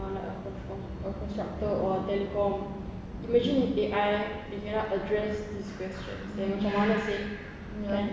uh like a like a constructor or telecomm imagine A_I they cannot address questions then macam mana seh kan